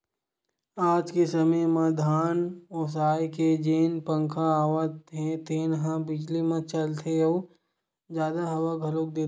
आज के समे म धान ओसाए के जेन पंखा आवत हे तेन ह बिजली म चलथे अउ जादा हवा घलोक देथे